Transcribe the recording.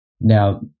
now